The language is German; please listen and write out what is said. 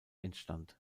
entstand